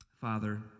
Father